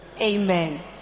Amen